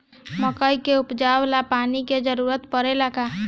मकई के उपजाव ला पानी के जरूरत परेला का?